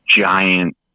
giant